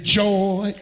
joy